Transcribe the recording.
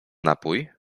napój